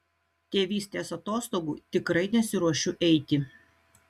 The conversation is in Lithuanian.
tėvystės atostogų tikrai nesiruošiu eiti